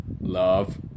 love